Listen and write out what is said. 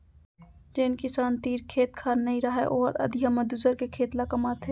जेन किसान तीर खेत खार नइ रहय ओहर अधिया म दूसर के खेत ल कमाथे